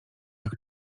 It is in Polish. jak